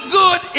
good